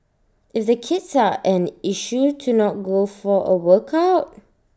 if the kids are an issue to not go for A workout